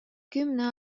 kümne